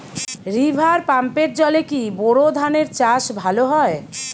River পাম্পের জলে কি বোর ধানের চাষ ভালো হয়?